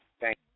Thank